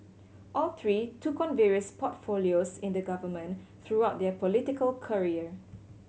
all three took on various portfolios in the government throughout their political career